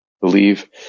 believe